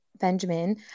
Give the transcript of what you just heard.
Benjamin